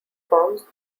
forms